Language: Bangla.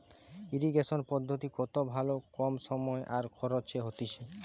ইরিগেশন পদ্ধতি কত ভালো কম সময় আর খরচে হতিছে